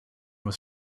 was